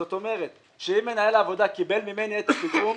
זאת אומרת, שאם מנהל העבודה קיבל ממני את הפיגום,